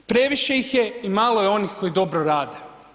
Previše ih je i malo je onih koji dobro rade.